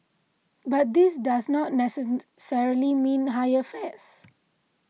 but this does not necessarily mean higher fares